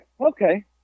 Okay